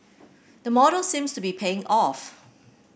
the model seems to be paying off